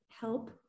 help